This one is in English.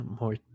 more